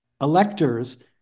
electors